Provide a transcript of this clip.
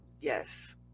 Yes